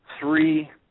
three